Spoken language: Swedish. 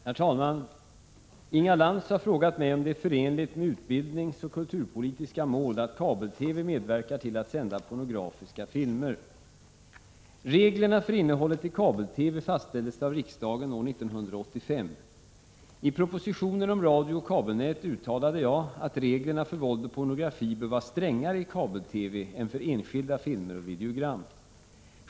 Herr talman! Inga Lantz har frågat mig om det är förenligt med utbildningsoch kulturpolitiska mål att kabel-TV medverkar till att sända pornografiska filmer. Reglerna för innehållet i kabel-TV fastställdes av riksdagen år 1985. I proposition 1984/85:199 om radiooch kabelnät uttalade jag att reglerna för våld och pornografi bör vara strängare i kabel-TV än för enskilda filmer och videogram.